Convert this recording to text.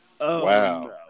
Wow